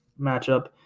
matchup